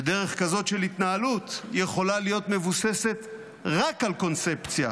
ודרך כזאת של התנהלות יכולה להיות מבוססת רק על קונספציה,